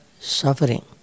suffering